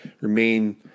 remain